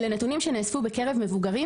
אלה נתונים שנאספו בקרב מבוגרים,